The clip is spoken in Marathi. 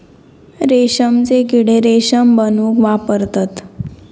रेशमचे किडे रेशम बनवूक वापरतत